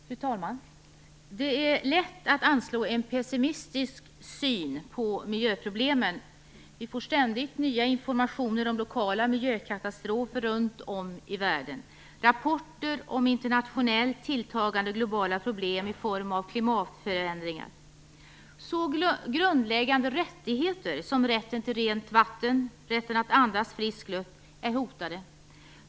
Fru talman! Det är lätt att ha en pessimistisk syn på miljöproblemen. Vi får ständigt ny information om lokala miljökatastrofer runt om i världen, och vi får rapporter om internationellt tilltagande globala problem i form av klimatförändringar. Så grundläggande rättigheter som rätten till rent vatten och rätten att andas frisk luft är hotade.